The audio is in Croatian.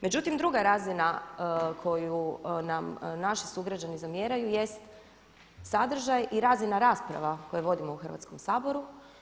Međutim, druga razina koju nam naši sugrađani zamjeraju jest sadržaj i razina rasprava koje vodimo u Hrvatskom saboru.